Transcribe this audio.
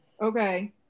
Okay